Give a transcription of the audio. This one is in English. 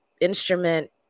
instrument